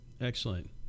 Excellent